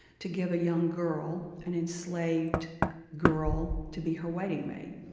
to give a young girl an enslaved girl to be her waiting maid.